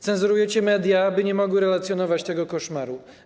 Cenzurujecie media, aby nie mogły relacjonować tego koszmaru.